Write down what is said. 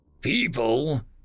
People